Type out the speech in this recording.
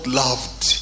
loved